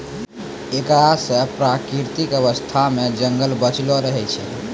एकरा से प्राकृतिक अवस्था मे जंगल बचलो रहै छै